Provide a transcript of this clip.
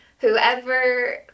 whoever